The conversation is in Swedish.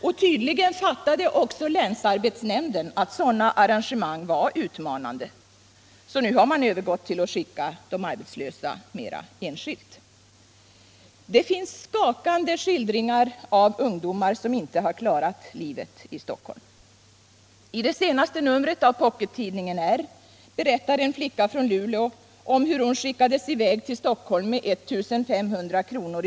Och tydligen fattade också länsarbetsnämnden att sådana engagemang var utmanande, så nu har man övergått till att skicka arbetslösa mera enskilt. Det finns skakande skildringar av ungdomar som inte har klarat livet i Stockholm. I det senaste numret av Pockettidningen R berättar en flicka från Luleå om hur hon skickades i väg till Stockholm med 1 500 kr.